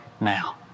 now